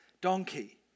donkey